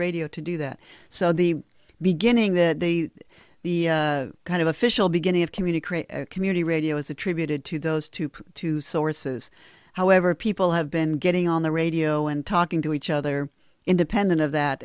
radio to do that so the beginning that they are the kind of official beginning of communicate community radio is attributed to those two point two sources however people have been getting on the radio and talking to each other independent of that